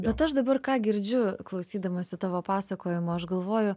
bet aš dabar ką girdžiu klausydamasi tavo pasakojimo aš galvoju